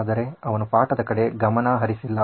ಆದರೆ ಅವನು ಪಾಠದ ಕಡೆ ಗಮನಹರಿಸಿಲ್ಲ